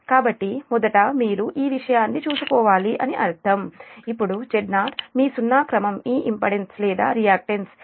కాబట్టి మొదట మీరు ఈ విషయాన్ని చూసుకోవాలి అని అర్థం ఇప్పుడు Z0 మీ సున్నా క్రమం మీ ఇంపెడెన్స్ లేదా రియాక్టెన్స్ j 0